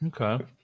Okay